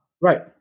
Right